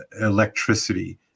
electricity